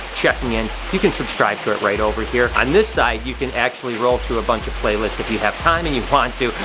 checking in. you can subscribe to it right over here. on this side, you could actually role through a bunch of playlists if you have time and you want to.